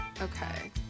okay